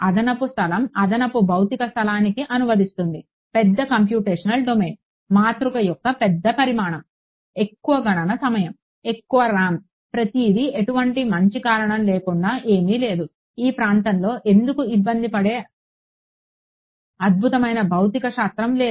అదనపు స్థలం అదనపు భౌతిక స్థలానికి అనువదిస్తుంది పెద్ద కంప్యూటేషనల్ డొమైన్ మాతృక యొక్క పెద్ద పరిమాణం ఎక్కువ గణన సమయం ఎక్కువ RAM ప్రతిదీ ఎటువంటి మంచి కారణం లేకుండా ఏమీ లేదు ఈ ప్రాంతంలో ఎందుకు ఇబ్బంది పడే అద్భుతమైన భౌతిక శాస్త్రం లేదు